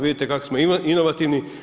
Vidite kako smo inovativni.